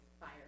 fire